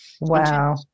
Wow